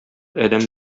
адәм